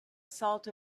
salt